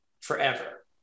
forever